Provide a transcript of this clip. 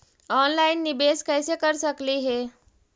Online निबेस कैसे कर सकली हे?